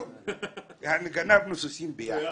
יעני גנבנו סוסים ביחד.